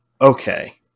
okay